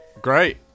Great